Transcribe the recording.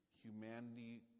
humanity